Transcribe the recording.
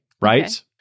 right